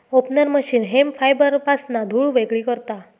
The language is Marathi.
ओपनर मशीन हेम्प फायबरपासना धुळ वेगळी करता